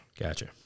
Gotcha